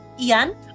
Ian